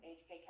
hk